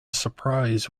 surprise